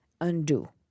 undo